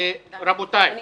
רבותיי,